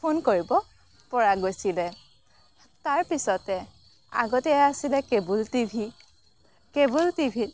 phone কৰিব পৰা গৈছিলে তাৰ পিছতে আগতে আছিলে cable T V cable T ভিত